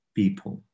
people